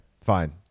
fine